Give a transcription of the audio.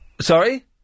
Sorry